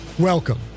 Welcome